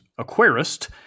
aquarist